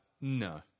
No